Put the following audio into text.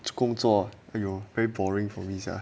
工作 very boring for me sia